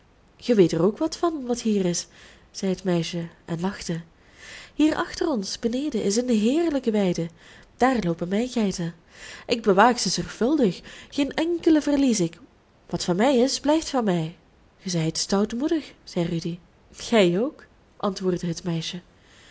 ge weet er ook wat van wat hier is zei het meisje en lachte hier achter ons beneden is een heerlijke weide daar loopen mijn geiten ik bewaak ze zorgvuldig geen enkele verlies ik wat van mij is blijft van mij gij zijt stoutmoedig zei rudy gij ook antwoordde het meisje